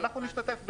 אנחנו נשתתף בזה.